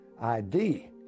ID